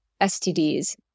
STDs